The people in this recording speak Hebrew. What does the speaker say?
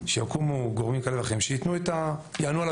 שיקומו גורמים כאלה ואחרים שיענו על הביקוש.